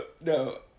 no